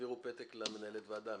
להעביר פתק למנהלת הוועדה.